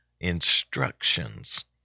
instructions